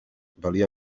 valia